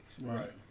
Right